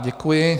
Děkuji.